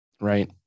Right